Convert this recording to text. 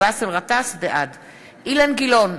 אילן גילאון,